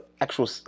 actual